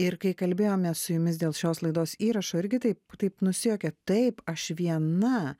ir kai kalbėjomės su jumis dėl šios laidos įrašo irgi taip taip nusijuokėt taip aš viena